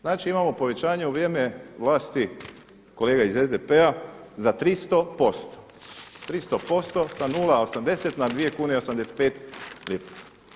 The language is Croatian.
Znači, imamo povećanje u vrijeme vlasti kolega iz SDP-a za 300%, 300% sa 0,80 na 2 kune i 85 lipa.